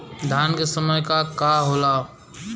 धान के समय का का होला?